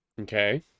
Okay